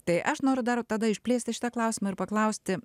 tai aš noriu dar tada išplėsti šitą klausimą ir paklausti